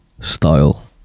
style